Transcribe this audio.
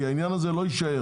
כי העניין הזה לא יישאר.